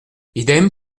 idem